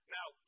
Now